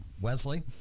Wesley